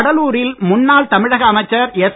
கடலூரில் முன்னாள் தமிழக அமைச்சர் எஸ்